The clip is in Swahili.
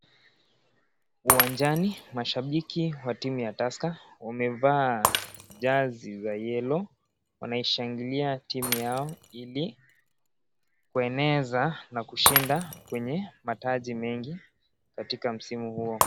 Uwanjani mashabiki wa timu ya Tusker, wamevaa jazi za yellow , wanaishangilia timu yao ili kueneza na kushinda kwenye mataji mengi katika msimu huo.